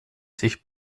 sich